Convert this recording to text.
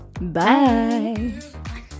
Bye